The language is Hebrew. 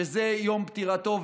שזה יום פטירתו,